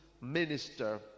minister